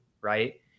Right